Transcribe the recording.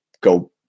go